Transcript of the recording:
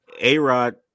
A-Rod